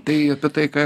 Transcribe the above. tai apie tai ką